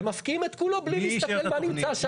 ומפקיעים את כולו בלי להסתכל מה נמצא שם.